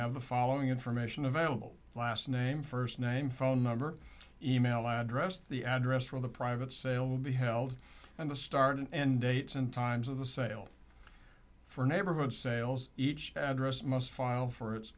have the following information available last name first name phone number email address the address where the private sale will be held and the start and dates and times of the sale for neighborhood sales each address must file for its